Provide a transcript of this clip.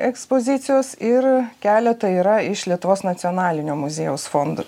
ekspozicijos ir keletą yra iš lietuvos nacionalinio muziejaus fondų